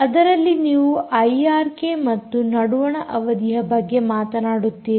ಅದರಲ್ಲಿ ನೀವು ಐಆರ್ಕೆ ಮತ್ತು ನಡುವಣ ಅವಧಿಯ ಬಗ್ಗೆ ಮಾತನಾಡುತ್ತೀರಿ